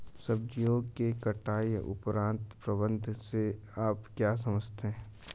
सब्जियों के कटाई उपरांत प्रबंधन से आप क्या समझते हैं?